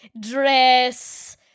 dress